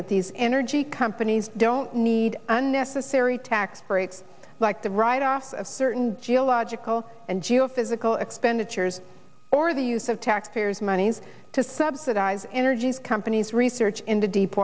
that these energy companies don't need unnecessary tax breaks like the write off of certain geological and geophysical expenditures or the use of taxpayers money to subsidize energy's companies research in the deep